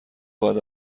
بعد